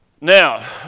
Now